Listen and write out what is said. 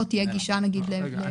פה תהיה גישה ללמ"ס?